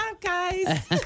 guys